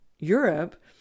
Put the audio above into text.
Europe